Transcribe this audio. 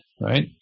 right